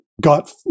got